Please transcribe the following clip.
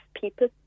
people